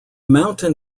mountain